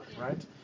right